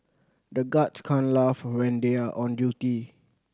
the guards can't laugh when they are on duty